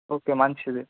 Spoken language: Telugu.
ఓకే మంచిది